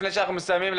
לפני שאנחנו מסיימים,